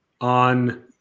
on